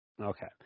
Okay